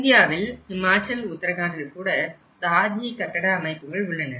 இந்தியாவிலும் ஹிமாச்சல் உத்தரகாண்டில் கூட தாஜ்ஜி கட்டட அமைப்புகள் உள்ளன